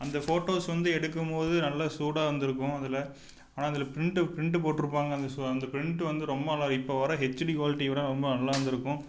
அந்த ஃபோட்டோஸ் வந்து எடுக்கும் போது நல்ல சூடாக வந்திருக்கும் அதில் ஆனால் அதில் பிரிண்ட்டு பிரிண்ட்டு போட்டிருப்பாங்க அந்த அந்த பிரிண்ட்டு வந்து ரொம்ப நல்லா இப்போ வர ஹெச்டி குவாலிட்டியை விட ரொம்ப நல்லா இருந்திருக்கும்